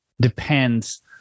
depends